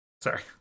Sorry